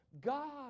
God